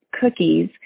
cookies